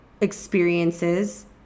experiences